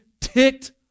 ticked